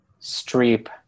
Streep